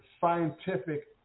scientific